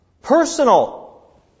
Personal